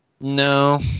No